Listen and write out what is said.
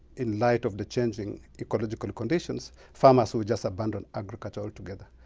in light of the changing ecological conditions, farmers will just abandon agriculture altogether.